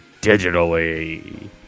digitally